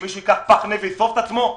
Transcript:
שמישהו ייקח נפט וישרוף את עצמו?